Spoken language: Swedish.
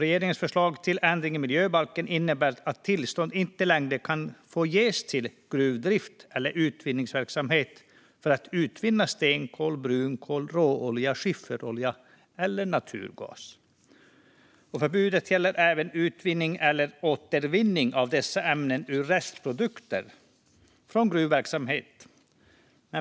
Regeringens förslag till ändringar i miljöbalken innebär att tillstånd inte längre ska få ges till gruvdrift eller utvinningsverksamhet för att utvinna stenkol, brunkol, råolja, skifferolja eller naturgas. Förbudet gäller även utvinning eller återvinning av dessa ämnen ur restprodukter från gruvverksamhet.